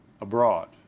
abroad